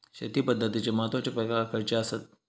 शेती पद्धतीचे महत्वाचे प्रकार खयचे आसत?